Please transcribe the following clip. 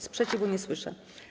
Sprzeciwu nie słyszę.